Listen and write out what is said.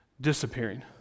disappearing